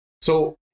So-